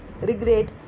regret